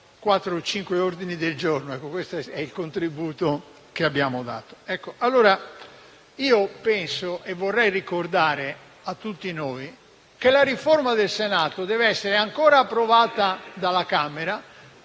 quattro o cinque ordini del giorno. Questo è il contributo che abbiamo dato.